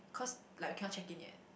cause like we cannot check in yet